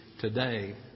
today